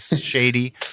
shady